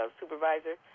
supervisor